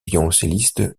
violoncelliste